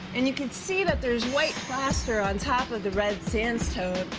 and you could see that there is white plaster on top of the red sandstone.